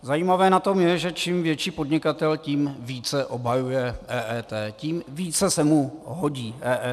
Zajímavé na tom je, že čím větší podnikatel, tím více obhajuje EET, tím více se mu hodí EET.